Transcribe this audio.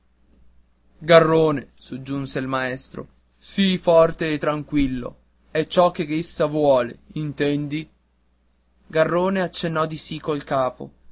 garrone soggiunse il maestro sii forte e tranquillo è ciò che essa vuole intendi garrone accennò di sì col capo